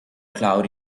cloud